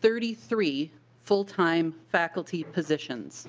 thirty three full-time faculty positions